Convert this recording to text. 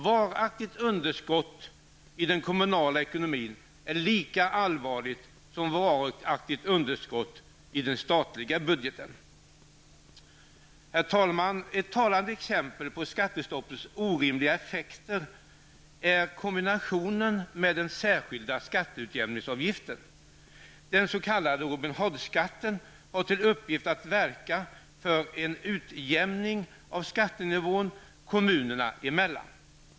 Varaktigt underskott i den kommunala ekonomin är lika allvarligt som varaktigt underskott i den statliga budgeten. Herr talman! Ett talande exempel på skattestoppets orimliga effekter är kombinationen med den särskilda skatteutjämningsavgiften. Den s.k. Robin Hood-skatten har till uppgift att verka för en utjämning av skattenivån kommunerna emellan.